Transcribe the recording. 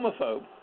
homophobe